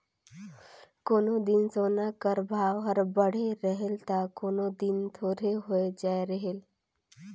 कोनो दिन सोना कर भाव हर बढ़े रहेल ता कोनो दिन थोरहें होए जाए रहेल